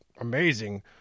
Amazing